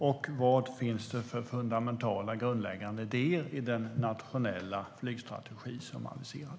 Och vad finns det för fundamentala och grundläggande idéer i den nationella flygstrategi som är aviserad?